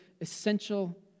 essential